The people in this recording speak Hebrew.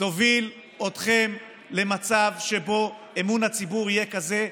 תוביל אתכם למצב שבו אמון הציבור יהיה כזה,